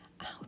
out